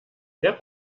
wer